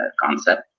concept